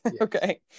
Okay